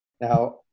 Now